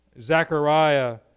Zechariah